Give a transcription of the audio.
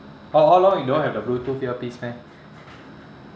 all all along you don't have the bluetooth earpiece meh